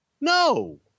No